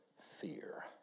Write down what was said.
fear